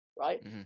right